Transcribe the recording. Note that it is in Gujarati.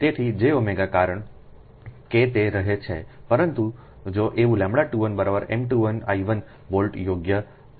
તેથીJωકારણ કે તે રહે છે પરંતુ જો એવુંλ21M21I1વોલ્ટ યોગ્ય છે